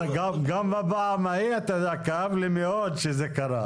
גם הפעם ההיא כאב לי מאוד שזה קרה.